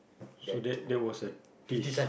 so that that was a dish